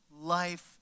life